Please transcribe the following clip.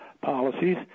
policies